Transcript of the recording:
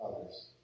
others